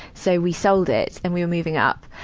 so, we sold it and we were moving up.